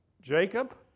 Jacob